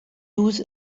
lose